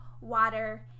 water